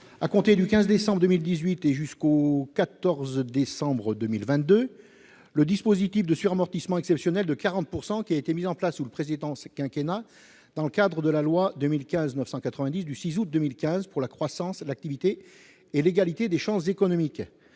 à compter du 15 décembre 2018 et jusqu'au 14 décembre 2022, le dispositif de suramortissement exceptionnel de 40 %, qui avait été mis en place sous le précédent quinquennat dans le cadre de la loi n° 2015-990 du 6 août 2015 pour la croissance, l'activité et l'égalité des chances économiques.